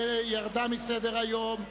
והוסרה מסדר-היום.